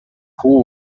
who